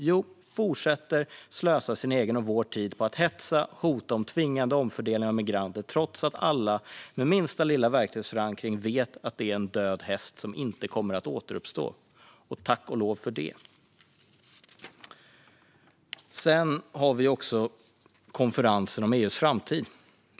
Jo, hon fortsätter att slösa sin egen och vår tid på att hetsa och hota om tvingande omfördelning av migranter, trots att alla med minsta lilla verklighetsförankring vet att det är en död häst som inte kommer att återuppstå. Och tack och lov för det! Sedan har vi konferensen om EU:s framtid.